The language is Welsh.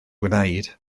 gwneud